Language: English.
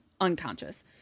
unconscious